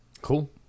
Cool